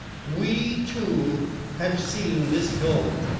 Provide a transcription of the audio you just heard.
we two have seen this dawn.